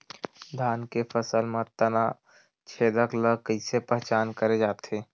धान के फसल म तना छेदक ल कइसे पहचान करे जाथे?